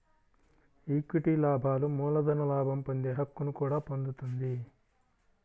equity లాభాలు మూలధన లాభం పొందే హక్కును కూడా పొందుతుంది